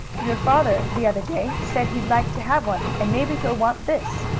your father, the other day, said he'd like to have one, and maybe he will want this.